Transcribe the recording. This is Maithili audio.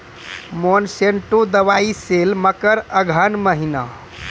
मोनसेंटो दवाई सेल मकर अघन महीना,